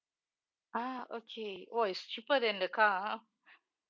ah okay orh it's cheaper than the car ha